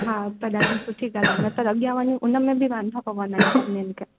हा त ॾाढी सुठी ॻाल्हि आहे न त अॻ्यां वञी उन में बि वांदा पवंदा इन सभिनिन खे